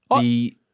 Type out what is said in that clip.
The-